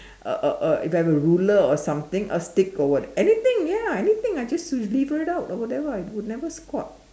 uh uh uh if I have a ruler or something a stick or what anything ya anything I just would lever it out or whatever I would never squat